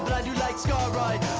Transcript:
i do like scar ride,